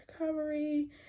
recovery